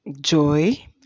joy